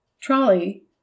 Trolley